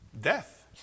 death